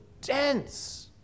Dense